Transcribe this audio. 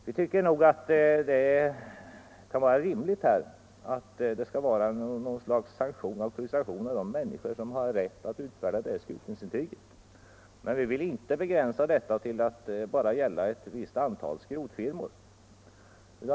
Vi tycker nog att det är rimligt med ett slags auktorisation av de människor som skall ha rätt att utfärda ett skrotningsintyg, men vi vill inte begränsa det till att bara gälla ett visst antal skrotfirmor.